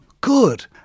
good